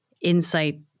insight